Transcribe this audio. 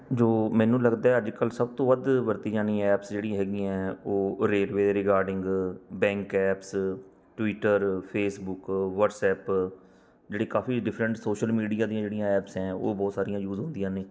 ਜੋ ਮੈਨੂੰ ਲੱਗਦਾ ਅੱਜ ਕੱਲ੍ਹ ਸਭ ਤੋਂ ਵੱਧ ਵਰਤੀ ਜਾਣੀ ਐਪਸ ਜਿਹੜੀਆਂ ਹੈਗੀਆਂ ਉਹ railway regarding bank apps Twitter Facebook WhatsApp ਜਿਹੜੀ ਕਾਫ਼ੀ ਡਿਫਰੈਂਟ ਸੋਸ਼ਲ ਮੀਡੀਆ ਦੀਆਂ ਜਿਹੜੀਆਂ ਐਪਸ ਅ ਉਹ ਬਹੁਤ ਸਾਰੀਆਂ ਯੂਜ ਹੁੰਦੀਆਂ ਨੇ